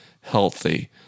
healthy